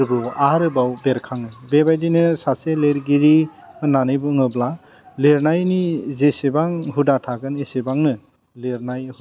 गोरबोआव आरोबाव बेरखाङो बेबायदिनो सासे लिरगिरि होन्नानै बुङोब्ला लिरनायनि जेसेबां हुदा थागोन एसेबांनो लिरनाय हुदा